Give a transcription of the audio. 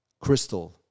crystal